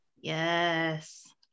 Yes